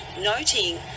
noting